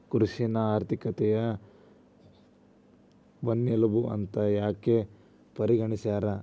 ಕೃಷಿನ ಆರ್ಥಿಕತೆಯ ಬೆನ್ನೆಲುಬು ಅಂತ ಯಾಕ ಪರಿಗಣಿಸ್ಯಾರ?